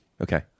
okay